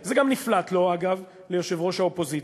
זה גם נפלט לו, אגב, ליושב-ראש האופוזיציה.